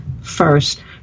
first